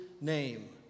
name